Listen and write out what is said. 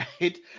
right